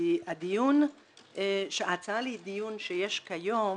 כי ההצעה לדיון שיש כיום,